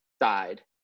died